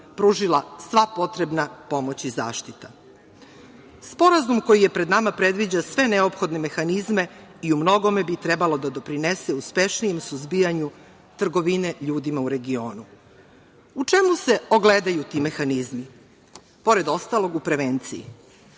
pružila sva potrebna pomoć i zaštita. Sporazum koji je pred nama predviđa sve neophodne mehanizme i u mnogome bi trebalo da doprinese uspešnijem suzbijanju trgovine ljudima u regionu. U čemu se ogledaju ti mehanizmi? Pored ostalog u prevenciji. Ovaj